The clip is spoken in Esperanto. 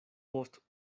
post